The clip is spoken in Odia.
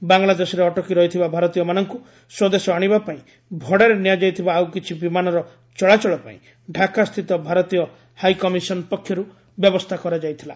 ବାଙ୍ଗଲାଦେଶରେ ଅଟକି ରହିଥିବା ଭାରତୀୟମାନଙ୍କୁ ସ୍ୱଦେଶ ଆଣିବା ପାଇଁ ଭଡ଼ାରେ ନିଆଯାଇଥିବା ଆଉକିଛି ବିମାନର ଚଳାଚଳ ପାଇଁ ଢାକା ସ୍ଥିତ ଭାରତୀୟ ହାଇକମିଶନ୍ ପକ୍ଷରୁ ବ୍ୟବସ୍ଥା କରାଯାଇଥିଲା